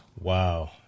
Wow